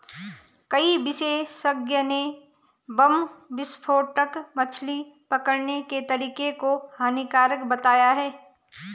कई विशेषज्ञ ने बम विस्फोटक मछली पकड़ने के तरीके को हानिकारक बताया है